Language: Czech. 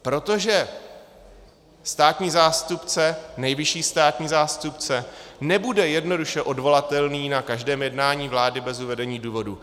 Protože státní zástupce, nejvyšší státní zástupce, nebude jednoduše odvolatelný na každém jednání vlády bez uvedení důvodu.